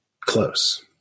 close